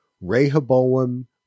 Rehoboam